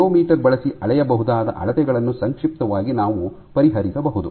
rheometer ಬಳಸಿ ಅಳೆಯಬಹುದಾದ ಅಳತೆಗಳನ್ನು ಸಂಕ್ಷಿಪ್ತವಾಗಿ ನಾವು ಪರಿಹರಿಸಬಹುದು